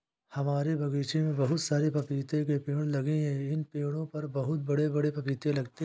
हमारे बगीचे में बहुत सारे पपीते के पेड़ लगे हैं इन पेड़ों पर बहुत बड़े बड़े पपीते लगते हैं